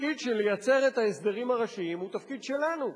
התפקיד לייצר את ההסדרים הראשיים הוא תפקיד שלנו.